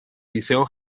liceo